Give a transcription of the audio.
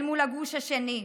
אל מול הגוש השני.